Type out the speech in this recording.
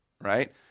Right